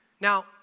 Now